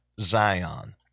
Zion